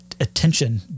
attention